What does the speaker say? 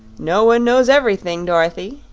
no one knows everything, dorothy,